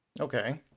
Okay